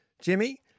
Jimmy